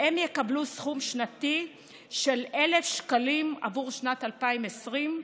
והם יקבלו סכום שנתי של 1,000 שקלים חדשים עבור שנת 2020,